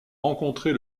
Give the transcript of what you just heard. rencontrer